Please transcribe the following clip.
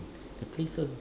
the place so